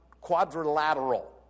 quadrilateral